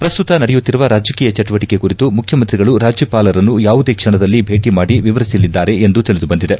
ಪ್ರಸ್ತುತ ನಡೆಯುತ್ತಿರುವ ರಾಜಕೀಯ ಚಟುವಟಕೆ ಕುರಿತು ಮುಖ್ಯಮಂತ್ರಿಗಳು ರಾಜ್ಯಪಾಲರನ್ನು ಯಾವುದೇ ಕ್ಷಣದಲ್ಲಿ ಭೇಟ ಮಾಡಿ ವಿವರಿಸಲಿದ್ದಾರೆ ಎಂದು ತಿಳಿದುಬಂದಿದೆ